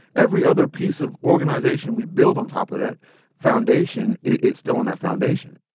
every other piece of organization we build on top of that foundation, it's still in that foundation